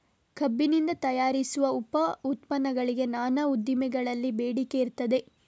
ಕಬ್ಬಿನಿಂದ ತಯಾರಿಸುವ ಉಪ ಉತ್ಪನ್ನಗಳಿಗೆ ನಾನಾ ಉದ್ದಿಮೆಗಳಲ್ಲಿ ಬೇಡಿಕೆ ಇರ್ತದೆ